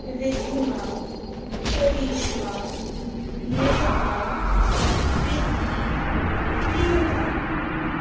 Riddhima Karishma Neha Preeti Priyanka